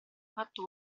fatto